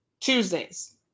Tuesdays